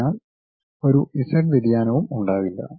അതിനാൽ ഒരു ഇസഡ് വ്യതിയാനവും ഉണ്ടാകില്ല